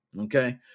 Okay